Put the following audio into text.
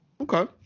Okay